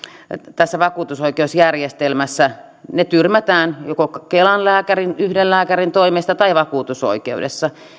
tässä vakuutusoikeusjärjestelmässä ne tyrmätään joko kelan lääkärin yhden lääkärin toimesta tai vakuutusoikeudessa